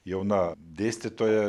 jauna dėstytoja